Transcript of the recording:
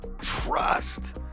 trust